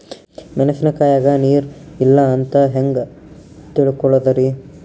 ಮೆಣಸಿನಕಾಯಗ ನೀರ್ ಇಲ್ಲ ಅಂತ ಹೆಂಗ್ ತಿಳಕೋಳದರಿ?